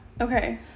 Okay